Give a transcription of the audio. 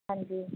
ਹਾਂਜੀ